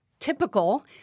typical